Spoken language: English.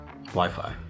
Wi-Fi